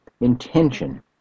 intention